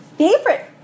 Favorite